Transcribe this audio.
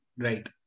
Right